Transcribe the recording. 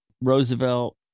roosevelt